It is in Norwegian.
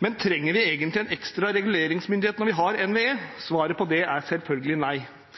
Men trenger vi egentlig en ekstra reguleringsmyndighet når vi har NVE? Svaret på det er selvfølgelig nei.